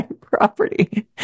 property